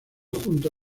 junto